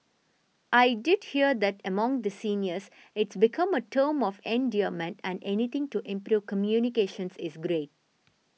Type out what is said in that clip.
I did hear that among the seniors it's become a term of endearment and anything to improve communications is great